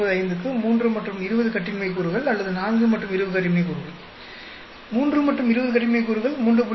095க்கு 3 மற்றும் 20 கட்டின்மை கூறுகள் அல்லது 4 மற்றும் 20 கட்டின்மை கூறுகள் 3 மற்றும் 20 கட்டின்மை கூறுகள் 3